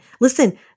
Listen